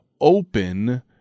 open